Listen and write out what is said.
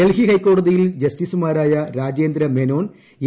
ഡൽഹി ഹൈക്കോടതിയിൽ ജസ്റ്റീസ്മാരായ രാജേന്ദ്രമേനോൻ എ